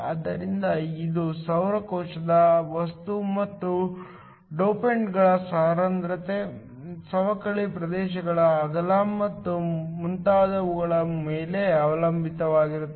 ಆದ್ದರಿಂದ ಇದು ಸೌರ ಕೋಶದ ವಸ್ತು ಮತ್ತು ಡೋಪಂಟ್ಗಳ ಸಾಂದ್ರತೆ ಸವಕಳಿ ಪ್ರದೇಶಗಳ ಅಗಲ ಮತ್ತು ಮುಂತಾದವುಗಳ ಮೇಲೆ ಅವಲಂಬಿತವಾಗಿರುತ್ತದೆ